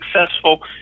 successful